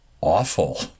awful